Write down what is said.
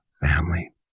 family